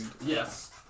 Yes